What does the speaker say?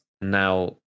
now